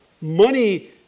Money